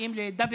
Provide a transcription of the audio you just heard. מתאים לדוידסון.